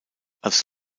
als